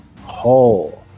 hole